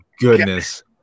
goodness